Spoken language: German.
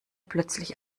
plötzlich